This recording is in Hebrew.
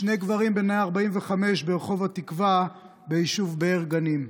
שני גברים בני 45, ברחוב התקווה ביישוב באר גנים.